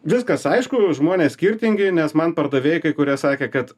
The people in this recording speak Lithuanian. viskas aišku žmonės skirtingi nes man pardavėjai kai kurie sakė kad